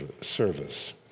service